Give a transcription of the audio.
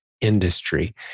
industry